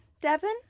Devon